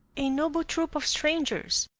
a noble troupe of strangers,